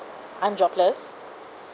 I'm jobless